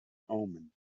omen